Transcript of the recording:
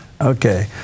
Okay